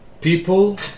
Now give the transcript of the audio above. people